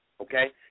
okay